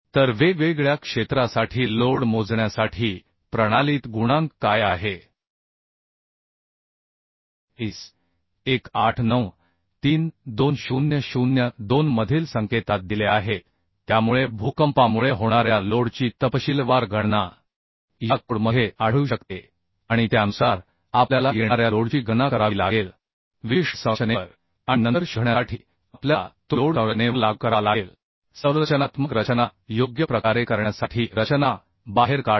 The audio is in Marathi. तर वेगवेगळ्या क्षेत्रासाठी लोड मोजण्यासाठी प्रणालीत गुणांक काय आहे IS1893 2002 मधील संकेतात दिले आहेः त्यामुळे भूकंपामुळे होणाऱ्या लोड ची तपशीलवार गणना या कोडमध्ये आढळू शकते आणि त्यानुसार आपल्याला येणाऱ्या लोडची गणना करावी लागेल विशिष्ट संरचनेवर आणि नंतर शोधण्यासाठी आपल्याला तो लोड संरचनेवर लागू करावा लागेल संरचनात्मक रचना योग्य प्रकारे करण्यासाठी रचना बाहेर काढा